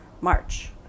March